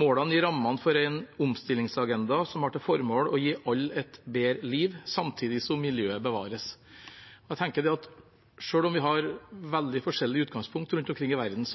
Målene gir rammene for en omstillingsagenda som har til formål å gi alle et bedre liv samtidig som miljøet bevares. Jeg tenker at selv om vi har veldig forskjellig utgangspunkt rundt omkring i verden,